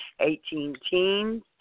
18-teens